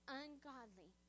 ungodly